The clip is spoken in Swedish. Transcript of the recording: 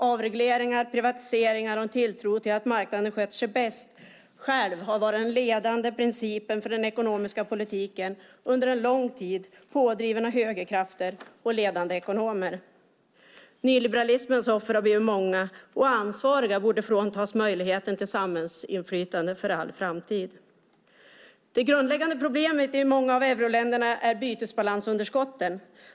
Avregleringar, privatiseringar och en tilltro till att marknaden sköter sig bäst själv har varit den ledande principen för den ekonomiska politiken under lång tid, pådriven av högerkrafter och ledande ekonomer. Nyliberalismens offer har blivit många, och ansvariga borde fråntas möjligheten till samhällsinflytande för all framtid. Det grundläggande problemet i många av euroländerna är bytesbalansunderskotten.